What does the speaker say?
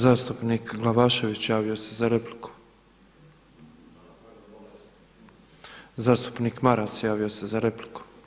Zastupnik Glavašević javio se za repliku. … [[Upadica se ne razumije …]] Zastupnik Maras javio se za repliku.